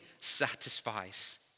satisfies